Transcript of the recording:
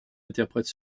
interprète